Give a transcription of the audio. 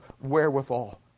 wherewithal